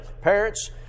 Parents